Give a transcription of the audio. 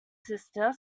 sister